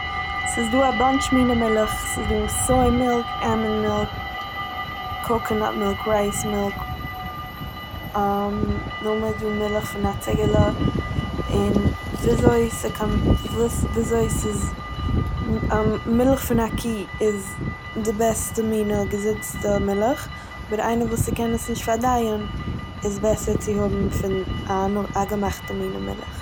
ס'איז דא א באנטש מינע מילך'ס, ס'איז דא סוי מילק, עלמאנד מילק, קאקענאט מילק, רייס מילק, נאכדעם איז דא מילך פון א ציגעלע, און ווי אזוי- וואס ס'ע- ווי אזוי, מילך פון א קו איז די בעסטע מינע געזונטסטע מילך, אבער איינער וואס קען עס נישט פארדייען איז בעסער צו האבן פון א נאכ- א געמאכטע מינע מילך.